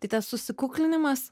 tai tas susikuklinimas